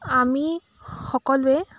আমি সকলোৱে